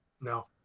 no